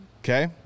Okay